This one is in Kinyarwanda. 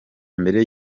mbere